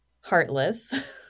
heartless